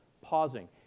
pausing